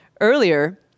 earlier